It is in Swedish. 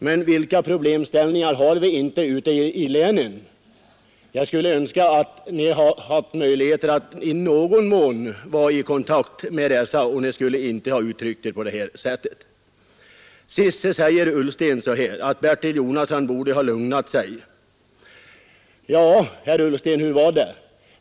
Men vilka problem har vi inte ute i länen? Jag skulle önsk att ni haft möjlighet att i någon mån få kontakt med dessa; i den kalla verkligheten skulle ni inte ha uttryckt er på det här sättet Till sist säger herr Ullsten att Bertil Jonasson borde ha lugnat sig. Ja, herr Ullsten, hur var det?